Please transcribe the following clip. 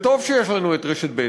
וטוב שיש לנו רשת ב'.